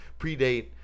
predate